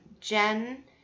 Jen